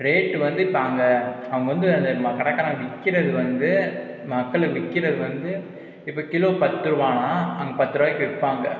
rate வந்து இப்போ அங்கே அவங்க வந்து அந்த கடைக்காரவங்க விற்கிறது வந்து மக்கள் விற்கிறது இப்போ கிலோ பத்துரூபானா அங்கே பத்துரூபாய்க்கு விற்பாங்க